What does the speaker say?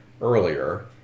earlier